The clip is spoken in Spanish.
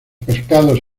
pescados